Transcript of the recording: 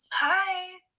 Hi